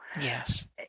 Yes